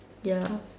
ya